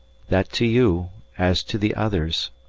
that to you, as to the others,